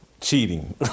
cheating